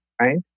right